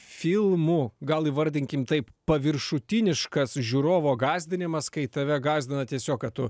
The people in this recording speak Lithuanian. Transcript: filmų gal įvardinkim taip paviršutiniškas žiūrovo gąsdinimas kai tave gąsdina tiesiog kad tu